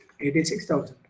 86,000